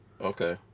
Okay